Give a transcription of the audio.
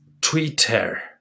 Twitter